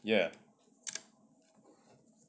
ya